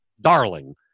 darling